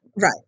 Right